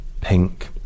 Pink